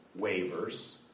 waivers